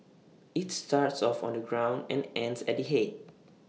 IT starts off on the ground and ends at the Head